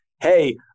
hey